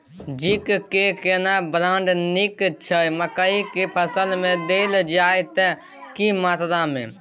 Zinc के केना brand नीक छैय मकई के फसल में देल जाए त की मात्रा में?